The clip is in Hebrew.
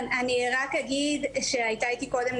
אני רק אגיד שהייתה איתי קודם,